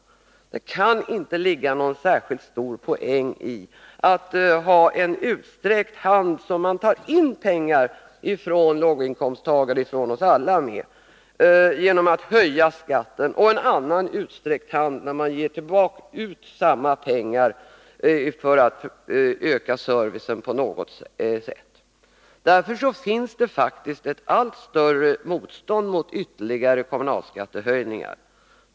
Det kan inte ligga någon särskilt stor poäng i att med en utsträckt hand ta in pengar från låginkomsttagarna, och från oss alla, genom att höja skatten och med en annan utsträckt hand ge ut samma pengar för att öka servicen på något sätt. Det finns därför ett allt större motstånd mot ytterligare kommunalskattehöjningar.